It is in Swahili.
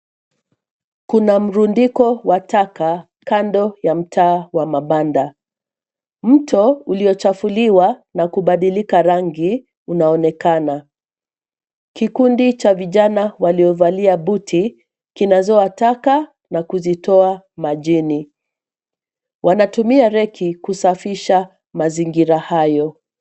Kuna mrundiko wa taka kando ya mtaa wa mabanda. Mto uliochafuliwa na kubadilika rangi unaonekana. Kikundi cha vijana waliovalia buti kinazoa taka na kuzitoa majini, wanatumia reki kusafisha mazingira hayo.